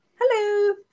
hello